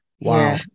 Wow